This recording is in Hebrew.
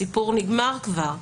הסיפור נגמר כבר.